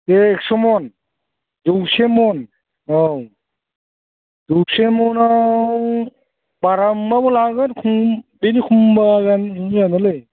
एगस' मन जौसे मन औ जोसे जौसे मनाव बेनि बारा मोनबाबो लागोन बेनि खमबा जानाय नङा नंदांलै